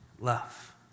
love